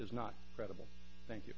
is not credible thank you